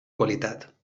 qualitat